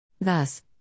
Thus